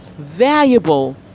valuable